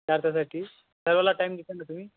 चार तासासाठी सर्वांना टाईम देताल ना तुम्ही